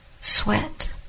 sweat